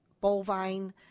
bovine